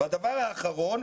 הדבר האחרון.